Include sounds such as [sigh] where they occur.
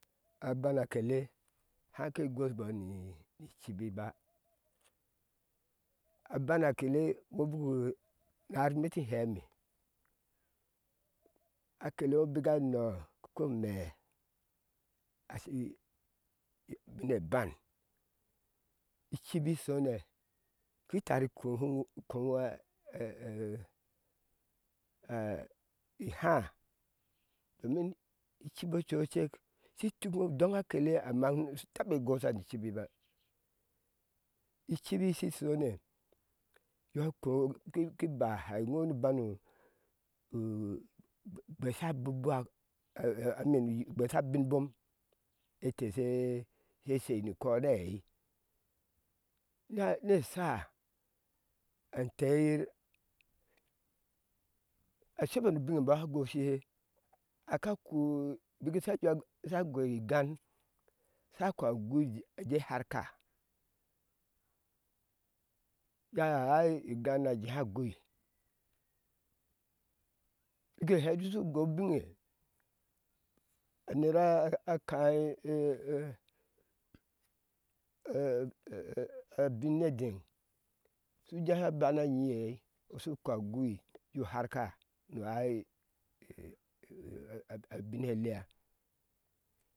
A bana a kele hake goshi bɔɔ ni ibi ba a bana kele iŋo buku haharke eme iti hɛɛ me a kele ŋo bika nɔɔ ko mee a shi ubin eban i cbi shona ki tari ko ŋo [hesitation] ihan domin i cibi ucu she cek shi tuk uduŋa akele ŋo amma shunu tabe gosha ni icbi ba i cibi i shone ki ba ahɛ ŋo nu banu ugwesha a bubu wa [hesitation] ugwesha abin bom ete she shai ni kɔɔ ni eai ne shaa a antee yir a shebɔɔ nu ubin a bɔɔ sha goshihe aka ku a bik sha goi igan sha ko agui aje harka a ja air igan najehe a gule bik hɛ ɛti shu goi ubiŋe a nerakin [hesitation] a bin ne deŋ shuje a ba na nyi ewi shu ko a goi uju harka nu aii [hesitation] a bin she ele ah